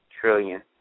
trillion